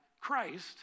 Christ